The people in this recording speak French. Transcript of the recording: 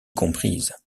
comprise